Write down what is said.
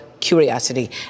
curiosity